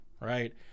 right